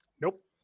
Nope